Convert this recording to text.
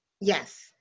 Yes